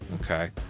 okay